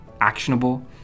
actionable